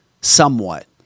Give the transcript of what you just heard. somewhat